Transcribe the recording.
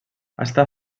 està